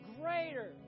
Greater